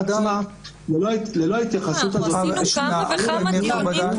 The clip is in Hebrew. עצמה ללא התייחסות --- עשינו כמה וכמה דיונים,